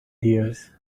dears